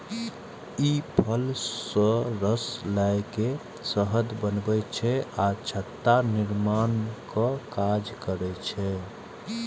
ई फूल सं रस लए के शहद बनबै छै आ छत्ता निर्माणक काज करै छै